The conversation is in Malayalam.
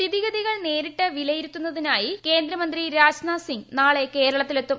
സ്ഥിതിഗതികൾ നേരിട്ട് വിലയിരുത്തുന്നതിനായി കേന്ദ്രമന്ത്രി രാജ്നാഥ് സിംഗ് നാളെ കേരളത്തിലെത്തും